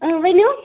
ؤنِو